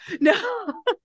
no